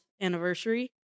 anniversary